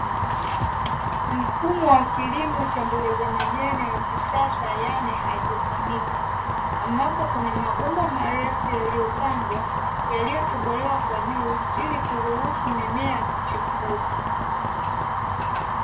Mfumo wa kilimo cha mboga za majani wa kisasa, yaani haidroponi. Ambapo kuna mabomba marefu yaliopangwa, yaliyotobolewa kwa juu, ili kuruhusu mimea kuchipua.